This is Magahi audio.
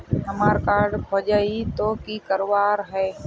हमार कार्ड खोजेई तो की करवार है?